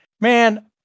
Man